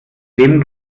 dem